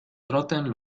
troten